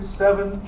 seven